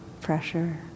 pressure